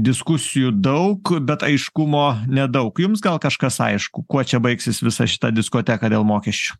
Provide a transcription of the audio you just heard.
diskusijų daug bet aiškumo nedaug jums gal kažkas aišku kuo čia baigsis visa šita diskoteka dėl mokesčių